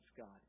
God